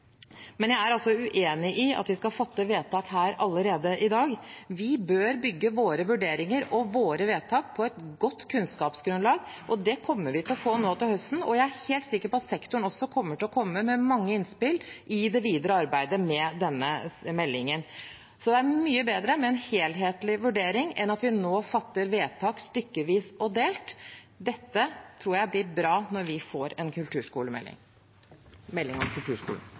Jeg er uenig i at vi skal fatte vedtak her allerede i dag. Vi bør bygge våre vurderinger og våre vedtak på et godt kunnskapsgrunnlag, og det kommer vi til å få nå til høsten. Jeg er helt sikker på at sektoren også kommer til å komme med mange innspill i det videre arbeidet med denne meldingen. Så det er mye bedre med en helhetlig vurdering enn at vi nå fatter vedtak stykkevis og delt. Dette tror jeg blir bra når vi får en melding om kulturskolen.